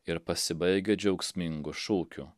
ir pasibaigia džiaugsmingu šūkiu